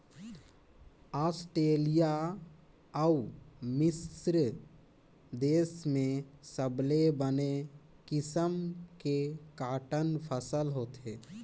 Australia अउ मिस्र देस में सबले बने किसम के कॉटन फसल होथे